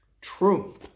true